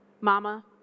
Mama